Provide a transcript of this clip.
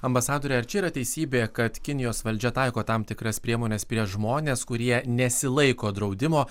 ambasadore ar čia yra teisybė kad kinijos valdžia taiko tam tikras priemones prieš žmones kurie nesilaiko draudimo